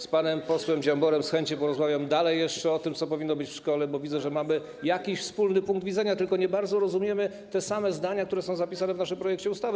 Z panem posłem Dziamborem z chęcią porozmawiam jeszcze dalej o tym, co powinno być w szkole, bo widzę, że mamy jakiś wspólny punkt widzenia, tylko nie bardzo rozumiemy te same zdania, które są zapisane w naszym projekcie ustawy.